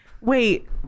wait